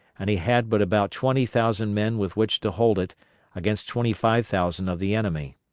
and he had but about twenty thousand men with which to hold it against twenty-five thousand of the enemy.